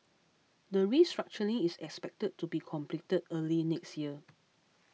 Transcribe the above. the restructuring is expected to be completed early next year